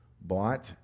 bought